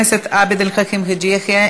חבר הכנסת עבד אל חכים חאג' יחיא,